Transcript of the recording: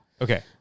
Okay